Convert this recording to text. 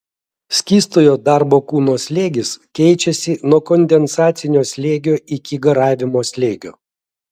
skystojo darbo kūno slėgis keičiasi nuo kondensacinio slėgio iki garavimo slėgio